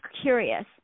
curious